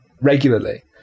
regularly